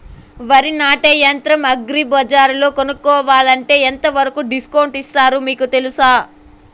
వరి నాటే యంత్రం అగ్రి బజార్లో కొనుక్కోవాలంటే ఎంతవరకు డిస్కౌంట్ ఇస్తారు మీకు తెలుసా?